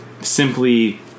simply